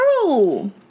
true